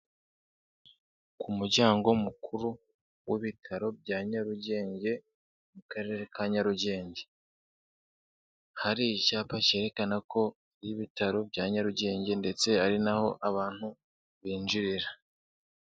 Ku muryango mukuru w'ibitaro bya Nyarugenge, mu karere ka Nyarugenge, hari icyapa cyerekana ko ari ibitaro bya Nyarugenge ndetse ari na ho abantu binjirira.